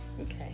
okay